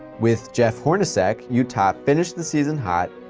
with jeff hornacek, utah finished the season hot,